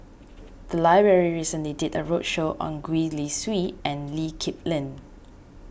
the library recently did a roadshow on Gwee Li Sui and Lee Kip Lin